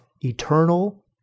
eternal